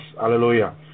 Hallelujah